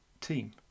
team